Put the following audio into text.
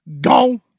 go